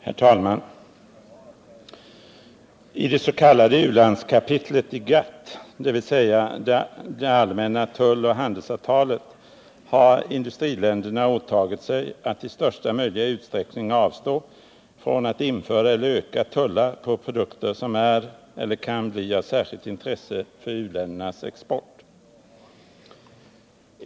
Herr talman! I dets.k. u-landskapitlet i GATT, dvs. det allmänna tulloch handelsavtalet, har industriländerna åtagit sig att i största möjliga utsträckning avstå från att införa eller öka tullar på produkter som är eller kan bli av särskilt intresse för u-ländernas export.